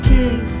King